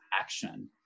action